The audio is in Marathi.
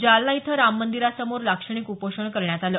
जालना इथं राम मंदिरासमोर लाक्षणिक उपोषण करण्यात आलं